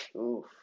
Oof